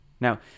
Now